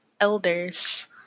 elders